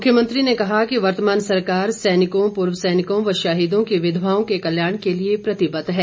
मुख्यमंत्री ने कहा कि वर्तमान सरकार सैनिकों पूर्व सैनिकों व शहीदों की विघवाओं के कल्याण के लिए प्रतिबद्ध है